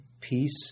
peace